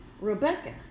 Rebecca